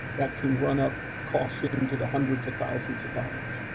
that can run up costs into the hundreds of thousands of dollars.